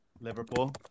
Liverpool